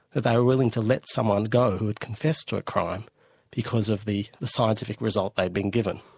that they were willing to let someone go who'd confessed to a crime because of the the scientific result they'd been given.